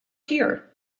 here